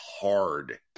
hard